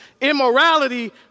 immorality